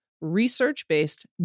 research-based